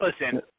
Listen